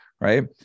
right